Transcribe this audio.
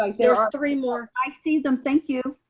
like there are three more. i see them. thank you.